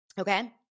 okay